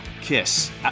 Kiss